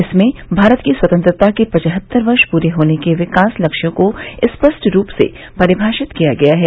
इसमें भारत की स्वतंत्रता के पचहत्तर वर्ष पूरे होने के विकास लक्ष्यों को स्पष्ट रूप से परिभाषित किया गया है